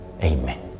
amen